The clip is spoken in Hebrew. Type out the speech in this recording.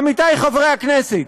עמיתי חברי הכנסת,